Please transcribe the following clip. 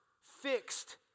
Fixed